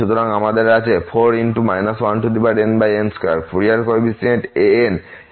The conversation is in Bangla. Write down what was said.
সুতরাং আমাদের আছে 4 1nn2 ফুরিয়ার কোফিসিয়েন্টস an এবং সব bnগুলি 0 হয়